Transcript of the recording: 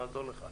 נעזור לך.